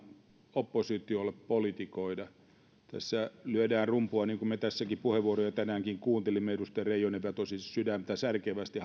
oppositiolle politikoida tässä lyödään rumpua niin kuin me tässäkin puheenvuoroja tänäänkin kuuntelimme edustaja reijojen vetosi sydäntä särkevästi